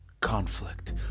conflict